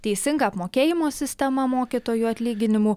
teisinga apmokėjimo sistema mokytojų atlyginimų